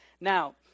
now